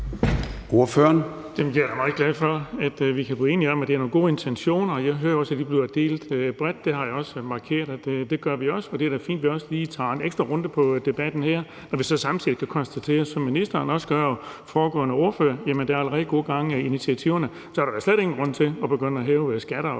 Jeg er da meget glad for, at vi kan blive enige om, at det er nogle gode intentioner. Jeg hører også, at de deles bredt set. Det har jeg markeret at vi også gør. Det er da fint, at vi også lige tager en ekstra runde med debatten her. Men når vi så samtidig kan konstatere, som ministeren og den foregående ordfører også gør, at der allerede er godt gang i initiativerne, så er der da slet ingen grund til at begynde at hæve skatter og gebyrer